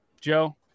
Joe